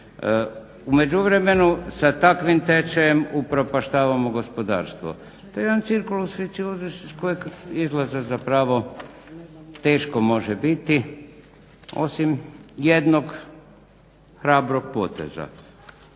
U međuvremenu sa takvim tečajem upropaštavamo gospodarstvo. To je jedan … iz kojeg izlaza zapravo teško može biti, osim jednog hrabrog poteza,